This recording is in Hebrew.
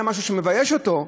היה משהו שמבייש אותו,